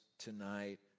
Tonight